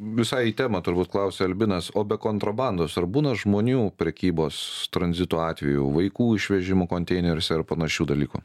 visai į temą turbūt klausia albinas o be kontrabandos ar būna žmonių prekybos tranzito atvejų vaikų išvežimo konteineriuose ar panašių dalykų